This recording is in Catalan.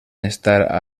estar